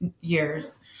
years